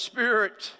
Spirit